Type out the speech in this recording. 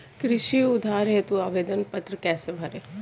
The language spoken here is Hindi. कृषि उधार हेतु आवेदन पत्र कैसे भरें?